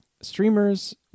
Streamers